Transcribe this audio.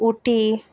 Ooty